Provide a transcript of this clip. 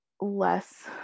less